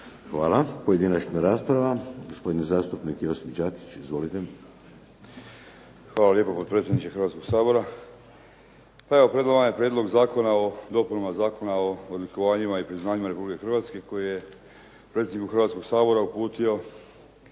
Hvala. Pojedinačna rasprava, gospodin zastupnik Josip Đakić. Izvolite. **Đakić, Josip (HDZ)** Hvala lijepo gospodine potpredsjedniče Hrvatskog sabora. Pa evo pred vama je Prijedlog zakona o dopunama Zakona o odlikovanjima i priznanjima Republike Hrvatske koji je predsjedniku Hrvatskog sabora uputio